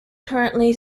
currently